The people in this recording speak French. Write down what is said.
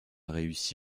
réussi